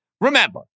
Remember